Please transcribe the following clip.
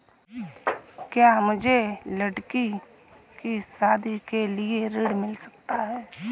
क्या मुझे लडकी की शादी के लिए ऋण मिल सकता है?